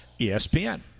espn